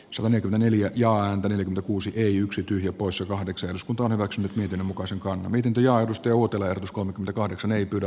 suomi neljä ja häntä yli kuusi yksi tyhjä poissa kahdeksan eduskunta on hyväksynyt niiden mukaisen kondomikirjoitus jutelleet uskon kahdeksan ei pyydä